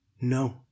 No